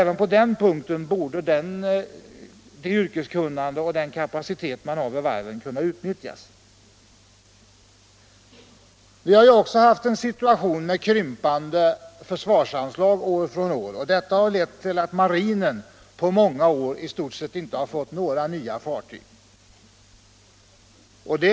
Även där borde det yrkeskunnande och den kapacitet som finns vid varven kunna utnyttjas. Vidare har som bekant försvarsanslagen krympt år från år, och det har lett till att marinen i stort sett inte har fått några nya fartyg på många år.